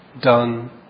done